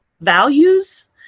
values